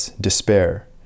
despair